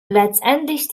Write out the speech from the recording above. letztendlich